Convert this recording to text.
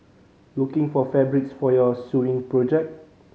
looking for fabrics for your sewing project